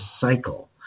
cycle